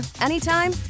anytime